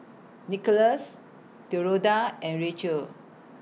Nickolas and Rachel